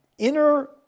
inner